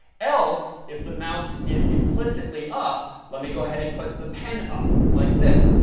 else, if the mouse is implicitly up, let me go ahead and put the pen up like this.